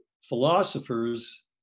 philosophers